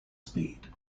speed